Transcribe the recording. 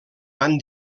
van